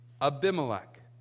Abimelech